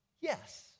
yes